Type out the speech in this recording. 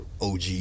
OG